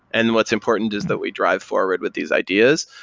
and what's important is that we drive forward with these ideas,